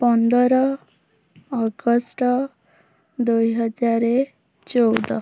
ପନ୍ଦର ଅଗଷ୍ଟ ଦୁଇହଜାର ଚଉଦ